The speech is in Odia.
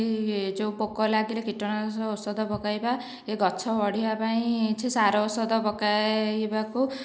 କି ଯେଉଁ ପୋକ ଲାଗିଲେ କୀଟନାଶକ ଔଷଧ ପକାଇବା ଏ ଗଛ ବଢ଼ିବା ପାଇଁ କିଛି ସାର ଔଷଧ ପକାଇବାକୁ